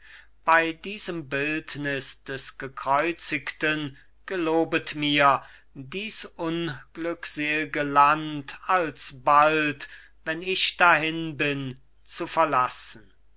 bei diesem bildnis des gekreuzigten gelobet mir dies unglücksel'ge land alsbald wenn ich dahin bin zu verlassen